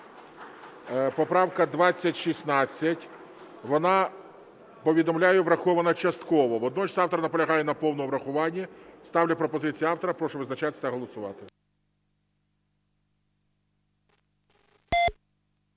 Поправка 2016, вона, повідомляю, врахована частково. Водночас автор наполягає на повному врахуванні. Ставлю пропозицію автора. Прошу визначатись та голосувати.